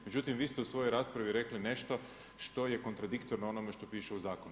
Međutim, vi ste u svojoj raspravi rekli nešto što je kontradiktorno onome što piše u Zakonu.